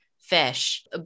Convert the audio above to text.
fish